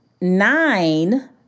Nine